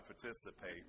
participate